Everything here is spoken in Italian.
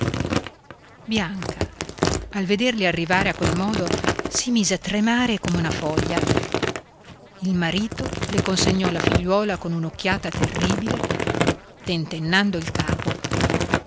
bianca al vederli arrivare a quel modo si mise a tremare come una foglia il marito le consegnò la figliuola con un'occhiata terribile tentennando il capo